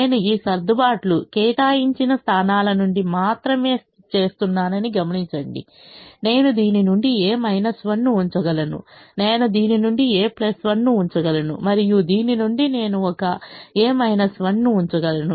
నేను ఈ సర్దుబాట్లు కేటాయించిన స్థానాల నుండి మాత్రమే చేస్తున్నానని గమనించండి నేను దీని నుండి a 1 ను ఉంచగలను నేను దీని నుండి a1 ను ఉంచగలను మరియు దీని నుండి నేను ఒక a 1 ను ఉంచగలను